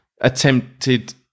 attempted